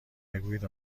بگویید